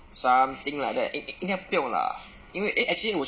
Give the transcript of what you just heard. something like that 应应该不用 lah 因为 eh actually 我